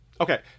Okay